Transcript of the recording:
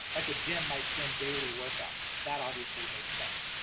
like a gym might send daily workouts. that obviously makes sense.